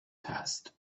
passed